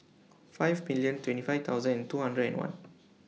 five million twenty five thousand two hundred and one